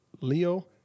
Leo